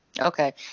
Okay